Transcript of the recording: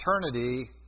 eternity